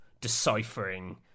deciphering